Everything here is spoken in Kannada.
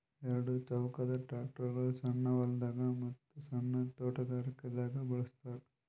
ಎರಡ ಚಾಕದ್ ಟ್ರ್ಯಾಕ್ಟರ್ಗೊಳ್ ಸಣ್ಣ್ ಹೊಲ್ದಾಗ ಮತ್ತ್ ಸಣ್ಣ್ ತೊಟಗಾರಿಕೆ ದಾಗ್ ಬಳಸ್ತಾರ್